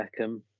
Beckham